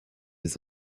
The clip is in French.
des